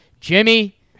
jimmy